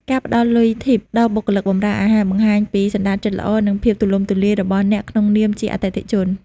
ការផ្ដល់លុយ Tip ដល់បុគ្គលិកបម្រើអាហារ បង្ហាញពីសណ្ដានចិត្តល្អ និងភាពទូលំទូលាយរបស់អ្នកក្នុងនាមជាអតិថិជន។